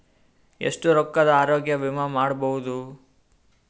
ಎಷ್ಟ ರೊಕ್ಕದ ಆರೋಗ್ಯ ವಿಮಾ ಮಾಡಬಹುದು?